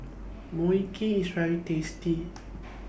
Mui Kee IS very tasty